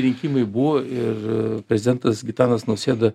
rinkimai buvo ir a prezidentas gitanas nausėda